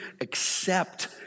accept